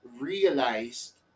realized